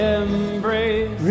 embrace